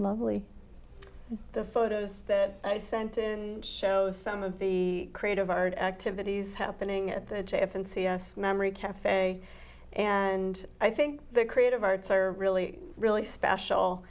lovely the photos that i sent and shows some of the creative art activities happening at the j f and c s memory cafe and i think the creative arts are really really special